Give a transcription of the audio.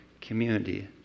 community